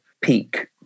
peak